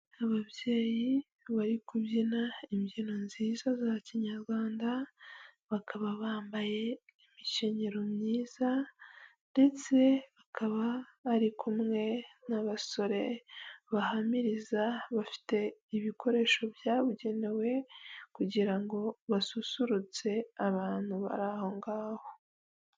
Ababyeyi bari kubyina imbyino nziza za kinyarwanda, bakaba bambaye imikenyero myiza, ndetse bakaba ari kumwe n'abasore bahamiriza. Bafite ibikoresho byabugenewe kugira ngo basusurutse abantu bari aho ngaho.